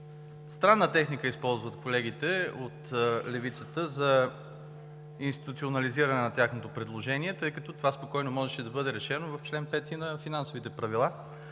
Странна техника използват колегите от левицата за институционализиране на тяхното предложение, тъй като това спокойно можеше да бъде решено в чл. 5 на Финансовите правила.